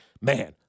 man